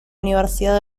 universidad